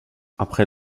après